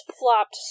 flopped